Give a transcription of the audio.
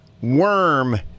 worm